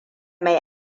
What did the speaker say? mai